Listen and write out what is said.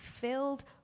filled